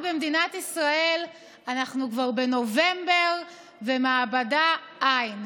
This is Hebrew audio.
במדינת ישראל אנחנו כבר בנובמבר ומעבדה אין?